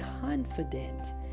confident